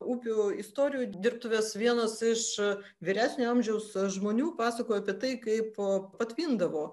upių istorijų dirbtuves vienas iš vyresnio amžiaus žmonių pasakojo apie tai kaip patvindavo